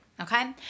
okay